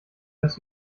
dass